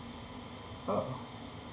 oh